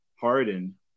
Harden